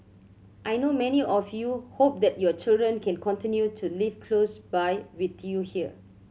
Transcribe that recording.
I know many of you hope that your children can continue to live close by with you here